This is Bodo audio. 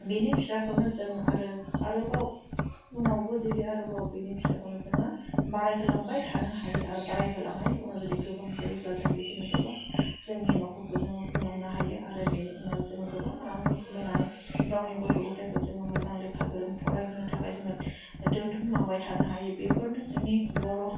बिनि फिसाखौनो जों आरो आरोबाव उनावबो जेजे आरोबाव बिनि फिसाखौनो जोङो बारायहोलांबाय थानो हायो आरो बाहायहोलांनायनि उनाव जुदि गोबां जायोब्ला जों बिदिनो गोबां जोंनि नख'रखौ जोङो खुंलांनो हायो आरो बेनि उनाव जोङो गोबां रां बुथुमलायनानै गावनि गथ' गथायखौ जोङो मोजां लेखा गोरों फरायहोनो थाखाय जोङो दोनथुमलांबाय थानो हायो बेफोरनो जोंनि बर'